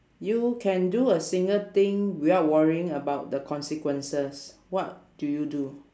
you can do a single thing without worrying about the consequences what do you do